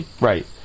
Right